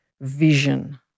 vision